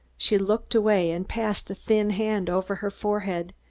she looked away and passed a thin hand over her forehead.